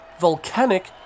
volcanic